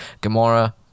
Gamora